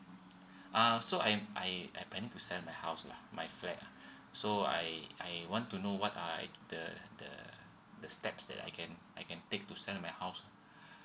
uh so I I I planning to sell my house lah my flat lah so I I want to know what are the the the steps that I can I can take to sell my house